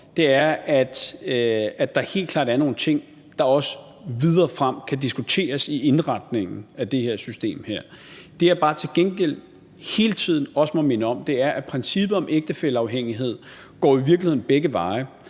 nemlig at der også er nogle ting, der kan diskuteres videre frem i indretningen af det her system. Det, som jeg også bare til gengæld hele tiden må minde om, er, at princippet om ægtefælleafhængighed jo i virkeligheden går begge veje.